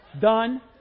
Done